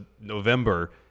November